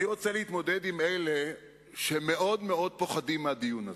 אני רוצה להתמודד עם אלה שמאוד-מאוד פוחדים מהדיון הזה,